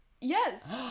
Yes